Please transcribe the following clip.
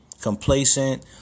complacent